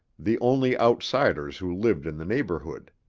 the only outsiders who lived in the neighbourhood.